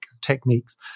techniques